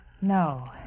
No